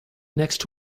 next